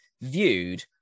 viewed